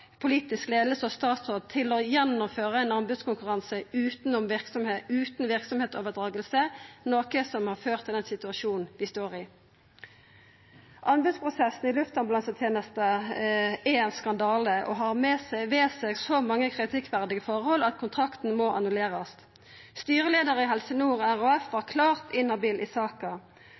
politisk leiing og statsråd til å gjennomføra ein anbodskonkurranse utan verksemdsoverdraging, noko som har ført til den situasjonen vi står i. Anbodsprosessen i luftambulansetenesta er ein skandale og har ved seg så mange kritikkverdige forhold at kontrakten må annullerast. Styreleiar i Helse Nord RHF var klart inhabil i saka.